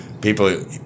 people